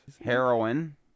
heroin